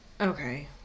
Okay